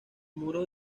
muros